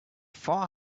four